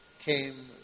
Came